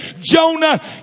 Jonah